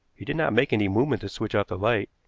he did not make any movement to switch off the light,